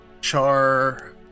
Char